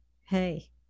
Hey